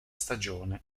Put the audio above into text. stagione